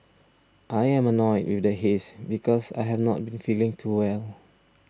I am annoyed with the haze because I have not been feeling too well